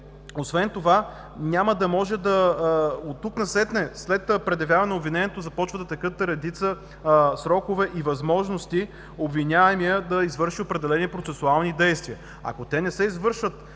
Освен това оттук насетне – след предявяване на обвинението, започват да текат редица срокове и възможности обвиняемият да извърши определени процесуални действия. Ако те не се извършат